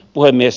puhemies